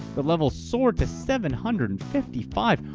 the level soared to seven hundred and fifty five,